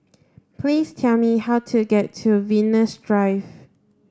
please tell me how to get to Venus Drive